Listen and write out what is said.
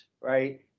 right